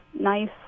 nice